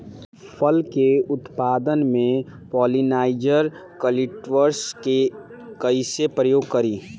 फल के उत्पादन मे पॉलिनाइजर कल्टीवर्स के कइसे प्रयोग करी?